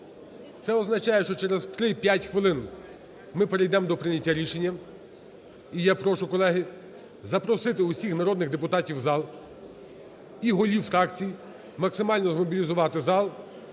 Це означає, що через 3-5 хвилин ми перейдемо до прийняття рішення. І я прошу, колеги, запросити всіх народних депутатів у зал і голів фракцій максимально змобілізувати зал.